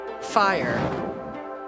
fire